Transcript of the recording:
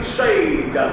saved